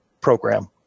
program